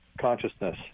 consciousness